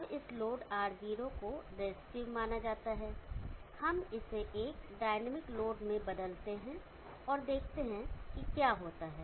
अब इस load R0 को रेजिस्टिव माना जाता है हम इसे एक डायनामिक लोड में बदलते हैं और देखते हैं कि क्या होता है